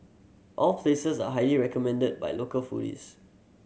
all places are highly recommended by local foodies